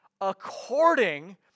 according